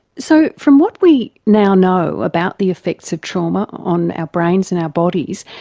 so from what we now know about the effects of trauma on our brains and our bodies,